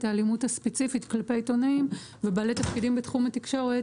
האלימות הספציפית כלפי עיתונאים ובעלי תפקידים בתחום התקשורת